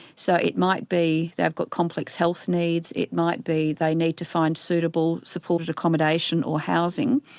so it might be they have got complex health needs, it might be they need to find suitable supported accommodation or housing,